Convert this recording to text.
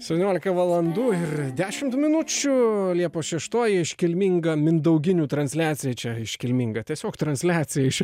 septyniolika valandų ir dešimt minučių liepos šeštoji iškilminga mindauginių transliacija čia iškilminga tiesiog transliacija iš